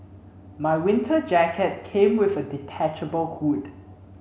my winter jacket came with a detachable hood